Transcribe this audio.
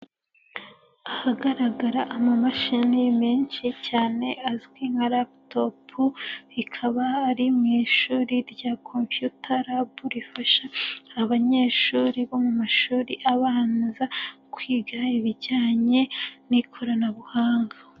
Ahagaragara amamashini menshi cyane azwi nka laputopu kaba ari mu ishuri rya computer lab rifasha abanyeshuri bo mu mashuri abanza kwiga ibijyanye n'ikoranabuhanga.